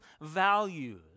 values